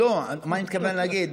לא, מה אני מתכוון להגיד?